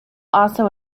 also